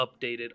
updated